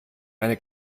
eine